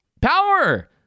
power